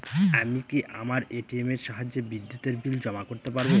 আমি কি আমার এ.টি.এম এর সাহায্যে বিদ্যুতের বিল জমা করতে পারব?